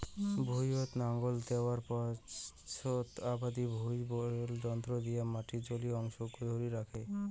ভুঁইয়ত নাঙল দ্যাওয়ার পাচোত আবাদি ভুঁই বেলন যন্ত্র দিয়া মাটির জলীয় অংশক ধরি রাখে